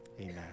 Amen